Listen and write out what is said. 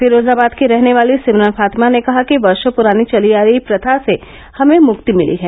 फिरोजाबाद की रहने वाली सिमरन फातिमा ने कहा कि वर्षों पुरानी चली आ रही प्रथा से हमें मुक्ति मिली हैं